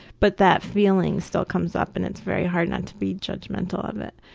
but that feeling still comes up and it's very hard not to be judgmental of it.